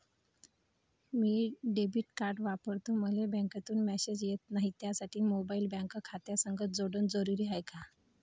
मी debit card वापरतो मले बँकेतून मॅसेज येत नाही, त्यासाठी मोबाईल बँक खात्यासंग जोडनं जरुरी हाय का?